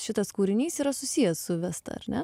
šitas kūrinys yra susijęs su vesta ar ne